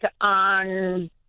on